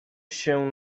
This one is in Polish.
się